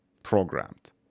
programmed